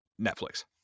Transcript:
Netflix